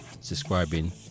subscribing